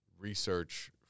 research